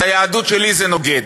את היהדות שלי זה נוגד.